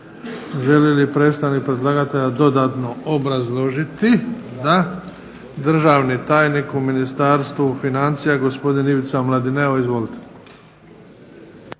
Želi li predstavnik predlagatelja dodatno obrazložiti? Da. Državni tajnik u Ministarstvu financija gospodin Ivica Mladineo. Izvolite.